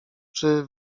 czy